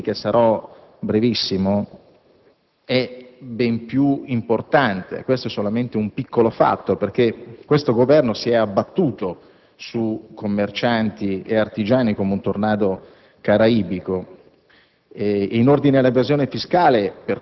Sta di fatto che la questione politica è ben più importante. Questo è solamente un piccolo fatto, perché il Governo si è abbattuto su commercianti ed artigiani come un tornado caraibico.